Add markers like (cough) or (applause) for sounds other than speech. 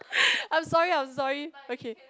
(breath) I'm sorry I'm sorry okay